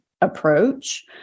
approach